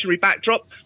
backdrop